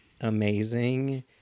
amazing